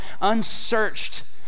unsearched